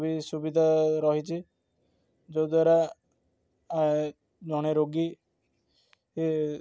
ସୁବିଧା ରହିଛି ଯେଉଁ ଦ୍ୱାରା ଜଣେ ରୋଗୀ